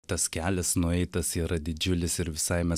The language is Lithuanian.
tas kelias nueitas yra didžiulis ir visai mes